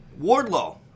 Wardlow